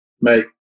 mate